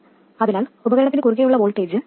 അതിനാൽ ഉപകരണത്തിനു കുറുകേയുള്ള വോൾട്ടേജ് 2